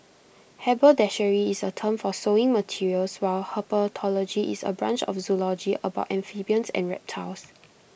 haberdashery is A term for sewing materials while herpetology is A branch of zoology about amphibians and reptiles